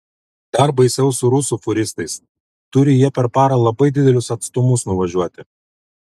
dar baisiau su rusų fūristais turi jie per parą labai didelius atstumus nuvažiuoti